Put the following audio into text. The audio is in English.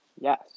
Yes